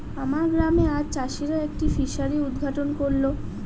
আমার গ্রামে আজ চাষিরা একটি ফিসারি উদ্ঘাটন করল